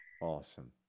awesome